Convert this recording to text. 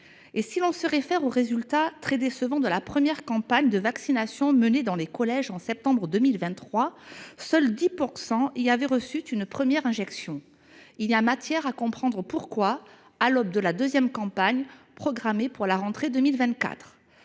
Et si l’on se réfère aux résultats très décevants de la première campagne de vaccination, menée dans les collèges en septembre 2023, seuls 10 % des jeunes y avaient reçu une première injection. Il y a matière à se demander pourquoi, à l’aube de la deuxième campagne, programmée pour la rentrée 2024…